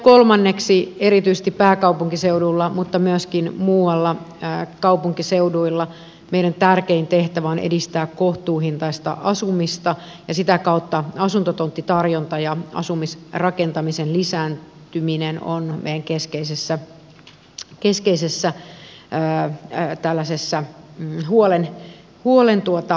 kolmanneksi erityisesti pääkaupunkiseudulla mutta myöskin muilla kaupunkiseuduilla meidän tärkein tehtävämme on edistää kohtuuhintaista asumista ja sitä kautta asuntotonttitarjonta ja asumis rakentamisen lisää tyminen on vein asumisrakentamisen lisääntyminen ovat meidän keskeisten huolten listalla